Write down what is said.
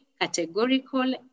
categorical